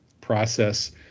process